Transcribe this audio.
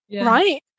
Right